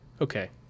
Okay